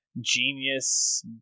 genius